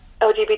LGBT